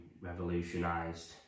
revolutionised